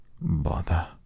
bother